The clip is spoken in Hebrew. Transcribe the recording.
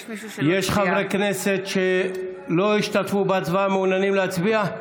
יש חברי כנסת שלא השתתפו בהצבעה ומעוניינים להצביע?